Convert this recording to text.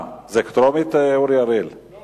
לדיון